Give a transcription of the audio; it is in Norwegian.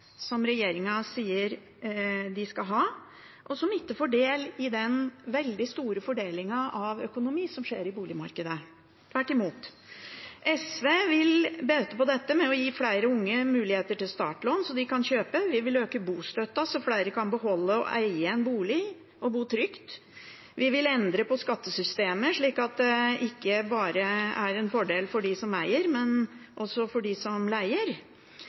som regjeringen sier de skal ha, og som ikke får del i den veldig store fordelingen av økonomi som skjer i boligmarkedet – tvert imot. SV vil bøte på dette ved å gi flere unge muligheter til startlån, slik at de kan kjøpe. Vi vil øke bostøtten, slik at flere kan beholde og eie en bolig, og bo trygt. Vi vil endre skattesystemet, slik at det ikke bare er en fordel for dem som eier, men også for dem som leier.